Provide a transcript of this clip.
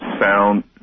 sound